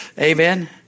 Amen